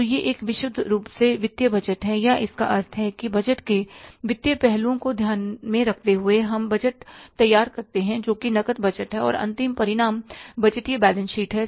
तो यह विशुद्ध रूप से वित्तीय बजट है या इसका अर्थ है कि बजट के वित्तीय पहलुओं को ध्यान में रखते हुए हम बजट तैयार करते हैं जो कि नकद बजट है और अंतिम परिणाम बजटीय बैलेंस शीट है